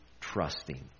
trusting